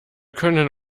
können